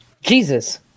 Jesus